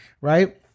Right